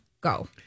go